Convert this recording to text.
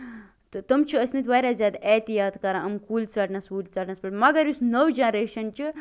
تہٕ تِم چھِ ٲسمٕتۍ واریاہ زیادٕ احتِیاط کران یِم کُلۍ ژَٹنَس وُلۍ ژَٹنَس پیٚٹھ مَگر یُس نٔو جنریشَن چھِ